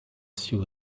sue